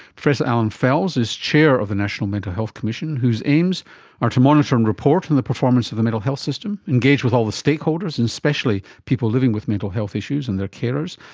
allan fels is chair of the national mental health commission, whose aims are to monitor and report on the performance of the mental health system, engage with all the stakeholders and especially people living with mental health issues and their carers,